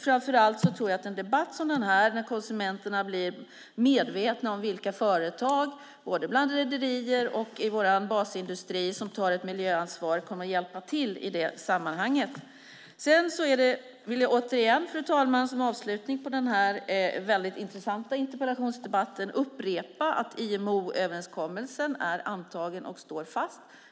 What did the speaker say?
Framför allt tror jag att en debatt som den här och att konsumenterna blir medvetna om vilka företag, både bland rederier och i vår basindustri, som tar ett miljöansvar kommer att hjälpa till i det sammanhanget. Sedan vill jag återigen, fru talman, som avslutning på denna väldigt intressanta interpellationsdebatt upprepa att IMO-överenskommelsen är antagen och står fast.